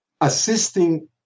assisting